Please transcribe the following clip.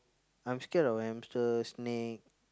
I'm scared of hamster snake